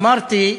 אמרתי,